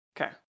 Okay